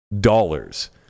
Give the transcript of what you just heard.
dollars